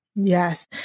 Yes